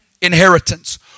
Inheritance